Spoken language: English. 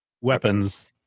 weapons